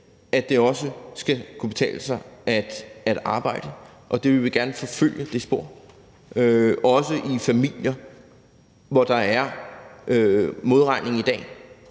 at det også skal kunne betale sig at arbejde. Og det spor vil vi gerne forfølge, også i forhold til familier, hvor der er modregning i dag.